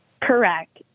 Correct